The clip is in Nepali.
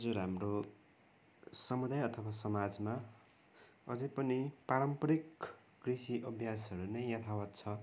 हजुर हाम्रो समुदाय अथवा समाजमा अझै पनि पारम्परिक कृषि अभ्यासहरू नै यथावत छ